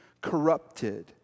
corrupted